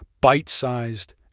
bite-sized